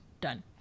Done